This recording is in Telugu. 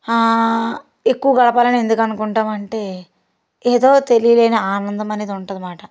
ఎక్కువ గడపాలని ఎందుకు అనుకుంటాం అంటే ఏదో తెలియలేని ఆనందం అనేది ఉంటుంది అన్నమాట